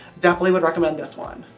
definitely would recommend this one.